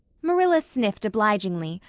marilla sniffed obligingly,